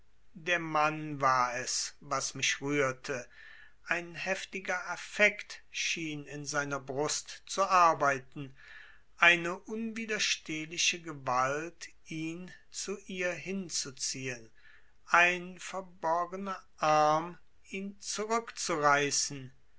der mann war es was mich rührte ein heftiger affekt schien in seiner brust zu arbeiten eine unwiderstehliche gewalt ihn zu ihr hinzuziehen ein verborgener arm ihn zurückzureißen